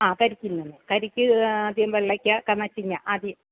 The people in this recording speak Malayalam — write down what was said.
ആ കരിക്കിൽ നിന്ന് തന്നെ കരിക്ക് ആദ്യം വെള്ളയ്ക്ക മച്ചിങ്ങ ആദ്യം